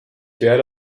werde